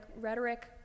rhetoric